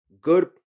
good